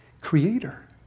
creator